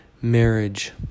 Marriage